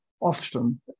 often